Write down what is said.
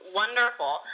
wonderful